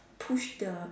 push the